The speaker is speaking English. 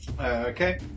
Okay